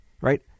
right